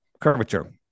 Curvature